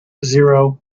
zero